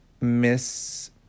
miss